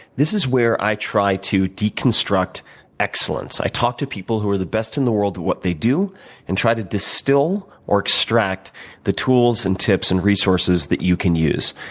this is where i try to deconstruct excellence. i talk to people who are the best in the world at what they do and try to distill or extract the tools and tips and resources that you can use.